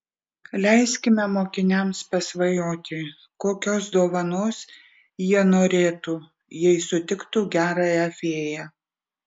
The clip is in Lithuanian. leiskime mokiniams pasvajoti kokios dovanos jie norėtų jei sutiktų gerąją fėją